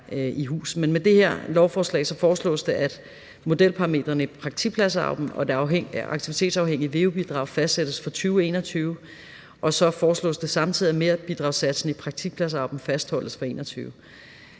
Men med det her lovforslag foreslås det, at modelparametrene i praktikplads-aud'en og det aktivitetsafhængige veu-bidrag fastsættes for 2021, og så foreslås det samtidig, at merbidragssatsen i praktikplads-aud'en fastholdes for 2021.